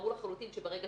ברור לחלוטין שברגע